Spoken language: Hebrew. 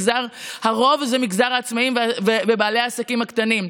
הרוב זה מגזר העצמאים ובעלי העסקים הקטנים.